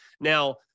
Now